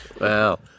Wow